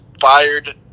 fired